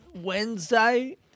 Wednesday